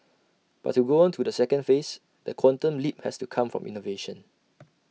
but to go on to the second phase the quantum leap has to come from innovation